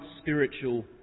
spiritual